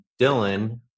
Dylan